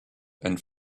and